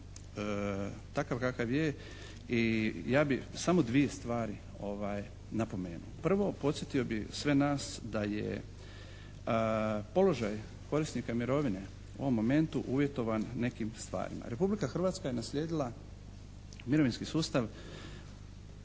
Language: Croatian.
takav kakav je i ja bih samo dvije stvari napomenuo. Prvo podsjetio bih sve nas da je položaj korisnika mirovine u ovom momentu uvjetovan nekim stvarima. Republika Hrvatska je naslijedila mirovinski sustav,